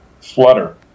flutter